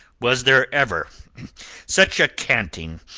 was there ever such a canting,